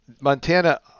montana